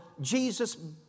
Jesus